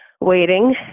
waiting